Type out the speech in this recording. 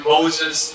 Moses